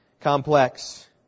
complex